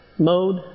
Mode